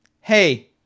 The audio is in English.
hey